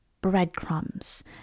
breadcrumbs